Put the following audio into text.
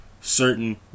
certain